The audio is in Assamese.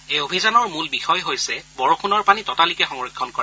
এই অভিযানৰ মূল বিষয় হৈছে বৰযুণৰ পানী ততালিকে সংৰক্ষণ কৰা